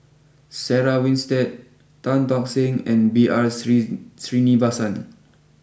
Sarah Winstedt Tan Tock Seng and B R three Threenivasan